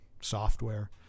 software